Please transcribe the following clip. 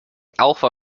alpha